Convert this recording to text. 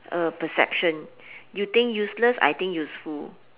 a perception you think useless I think useful